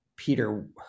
Peter